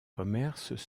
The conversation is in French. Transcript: commerces